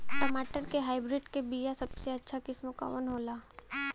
टमाटर के हाइब्रिड क बीया सबसे अच्छा किस्म कवन होला?